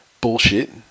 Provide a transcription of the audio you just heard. Bullshit